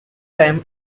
time